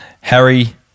harry